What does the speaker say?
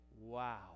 wow